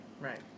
Right